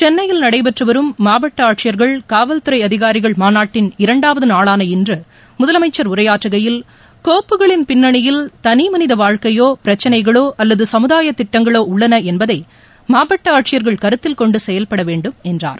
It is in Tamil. சென்னையில் நடைபெற்றுவரும் மாவட்ட ஆட்சியர்கள் காவல்துறை அதிகாரிகள் மாநாட்டின் இரண்டாவது நாளான இன்று முதலமைச்சர் உரையாற்றுகையில் கோப்புகளின் பின்னணியில் தனி மனித வாழ்க்கையோ பிரச்சினைகளோ அல்லது சமுதாய திட்டங்களோ உள்ளன என்பதை மாவட்ட ஆட்சியர்கள் கருத்தில்கொண்டு செயல்பட வேண்டும் என்றார்